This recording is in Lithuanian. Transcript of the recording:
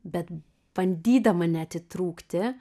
bet bandydama neatitrūkti